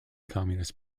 communist